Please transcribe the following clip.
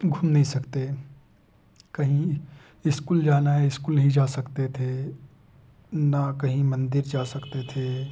घूम नहीं सकते कहीं स्कूल जाना है स्कूल नहीं जा सकते थे ना कहीं मंदिर जा सकते थे